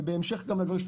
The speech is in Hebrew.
ובהמשך לדבריך,